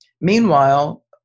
Meanwhile